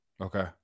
Okay